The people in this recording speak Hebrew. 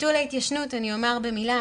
ביטול ההתיישנות, אומר במילה.